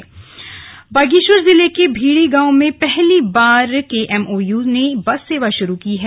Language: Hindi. स्लग बागेश्वर बस बागेश्वर जिले के भीड़ी गांव में पहली बार केएमओयू ने बस सेवा शुरू की है